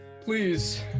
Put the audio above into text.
please